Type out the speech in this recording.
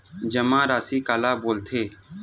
जमा राशि काला बोलथे?